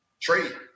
Trade